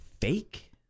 fake